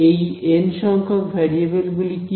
এই এন সংখ্যক ভ্যারিয়েবেল গুলি কি